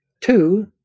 two